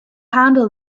handle